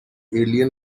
alien